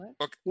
Okay